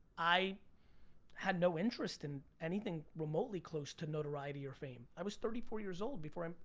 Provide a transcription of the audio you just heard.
i had no interest in anything remotely close to notoriety or fame. i was thirty four years old before i,